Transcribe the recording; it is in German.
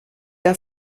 der